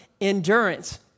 endurance